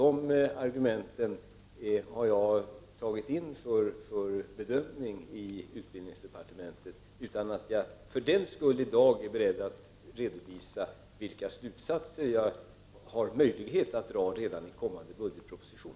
De argumenten har jag noterat och lagt för bedömning i utbildningsdepar tementet, utan att jag för den skull i dag är beredd att redovisa vilka slutsatser jag har möjlighet att dra redan i kommande budgetproposition.